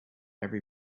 every